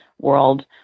world